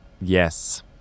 Yes